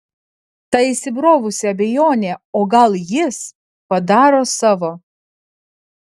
ta įsibrovusi abejonė o gal jis padaro savo